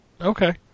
Okay